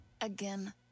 again